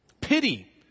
Pity